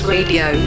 Radio